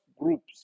groups